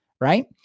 right